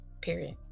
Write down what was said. period